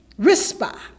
Rispa